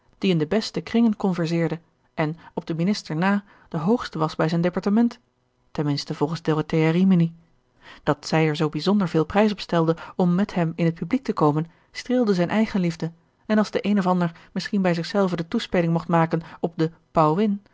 die in de beste kringen converseerde en op den minister na de hoogste was bij zijn departement ten minste volgens dorothea rimini dat zij er zoo bijzonder veel prijs op stelde om met hem in het publiek te komen streelde zijn eigenliefde en als de een of ander misschien bij zich zelven de toespeling mocht maken op de